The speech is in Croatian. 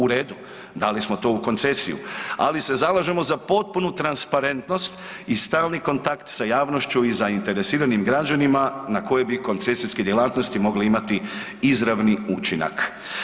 U redu, dali smo to u koncesiju, ali se zalažemo za potpunu transparentnost i stalni kontakt sa javnošću i sa zainteresiranim građanima na koje bi koncesijske djelatnosti mogle imati izravni učinak.